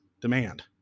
demand